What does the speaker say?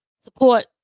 support